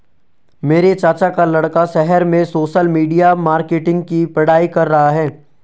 मेरे चाचा का लड़का शहर में सोशल मीडिया मार्केटिंग की पढ़ाई कर रहा है